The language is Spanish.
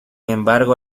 embargo